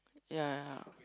ya